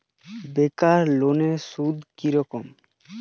বেকার লোনের সুদ কি রকম?